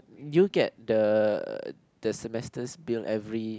you get the the semesters bill every